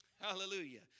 Hallelujah